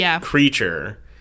creature